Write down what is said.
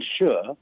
ensure